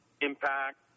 impact